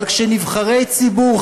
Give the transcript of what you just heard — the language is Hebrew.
אבל כשנבחרי ציבור,